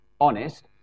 honest